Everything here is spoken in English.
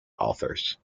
authors